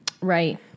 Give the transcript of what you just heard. right